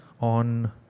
on